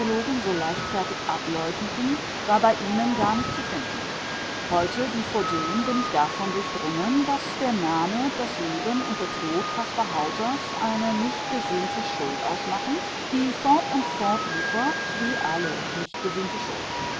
so leichtfertig ableugneten war bei ihnen gar nicht zu finden heute wie vordem bin ich davon durchdrungen daß der name das leben und der tod caspar hausers eine nicht gesühnte schuld ausmachen die fort und fort wuchert wie alle nicht gesühnte schuld